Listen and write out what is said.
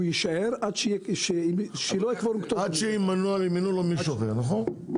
הוא יישאר --- עד שימנו לו מישהו אחר, נכון.